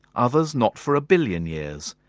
others not for a billion years,